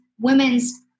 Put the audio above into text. women's